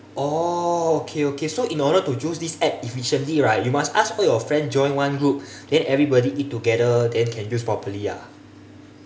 oh okay okay so in order to use this app efficiently right you must ask all your friend join one group then everybody eat together then can use properly ah